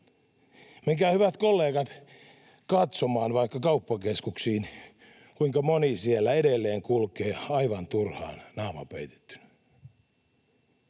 Menkää, hyvät kollegat, katsomaan vaikka kauppakeskuksiin, kuinka moni siellä edelleen kulkee aivan turhaan naama peitettynä.